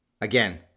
Again